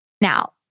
Now